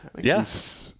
yes